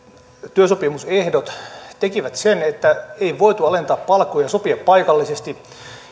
työsopimusehdot tekivät sen että ei voitu alentaa palkkoja sopia paikallisesti